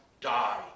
die